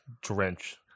drench